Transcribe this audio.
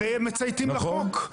כי חייבים ומצייתים לחוק.